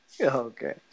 Okay